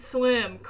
Swim